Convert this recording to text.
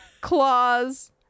claws